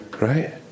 right